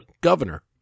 governor